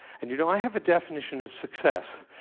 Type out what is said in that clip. and you know, i have a definition of success.